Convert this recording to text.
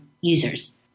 users